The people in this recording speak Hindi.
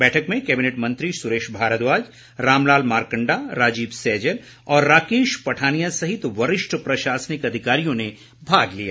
बैठक में कैबिनेट मंत्री सुरेश भारद्वाज रामलाल मारकंडा राजीव सैजल और राकेश पठानिया सहित वरिष्ठ प्रशासनिक अधिकारियों ने भाग लिया